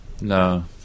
No